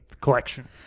collection